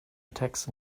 attacks